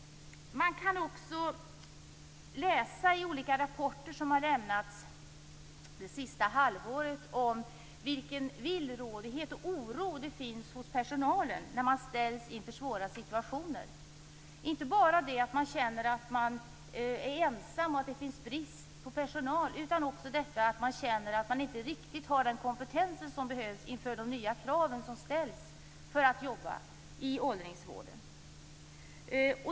I olika rapporter som har lämnats det sista halvåret kan vi också läsa om vilken villrådighet och oro det finns hos personalen när man ställs inför svåra situationer. Det är inte bara det att man känner att man är ensam och att det är brist på personal. Man känner också att man inte riktigt har den kompetens som behövs inför de nya krav som ställs för att jobba i åldringsvården.